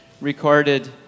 recorded